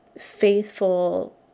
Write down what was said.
faithful